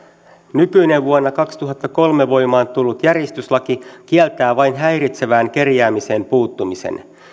nykyinen vuonna kaksituhattakolme voimaan tullut järjestyslaki kieltää vain häiritsevään kerjäämiseen puuttumisen